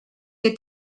que